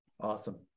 Awesome